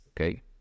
Okay